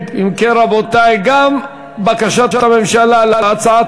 השנייה: הודעת הממשלה על רצונה להחיל דין רציפות על הצעת